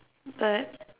but